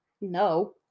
no